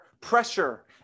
pressure